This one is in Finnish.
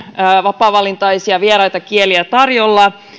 vapaavalintaisia vieraita kieliä tarjolla